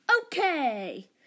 Okay